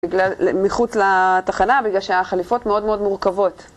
מחוץ לתחנה בגלל שהחליפות מאוד מאוד מורכבות